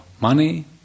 money